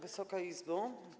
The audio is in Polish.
Wysoka Izbo!